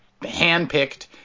handpicked